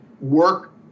work